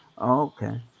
Okay